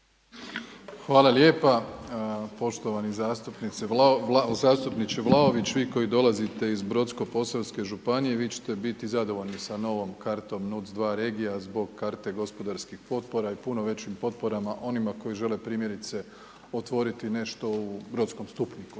Hvala lijepa poštovani zastupniče Vlaović. Vi koji dolazite iz Brodsko-posavske županije, vi ćete biti zadovoljni sa novom kartom NUTS II regija, zbog karte gospodarskih potpora i puno većim potporama onima koji žele primjerice otvoriti nešto u Brodskom Stupniku